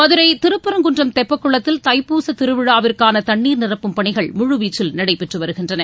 மதுரை திருப்பரங்குன்றம் தெப்பக்குளத்தில் தைப்பூச திருவிழாவிற்கான தண்ணீர் நிரப்பும் பணிகள் முழுவீச்சில் நடைபெற்று வருகின்றன